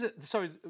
Sorry